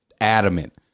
adamant